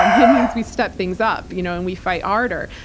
um it means we step things up, you know and we fight harder.